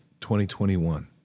2021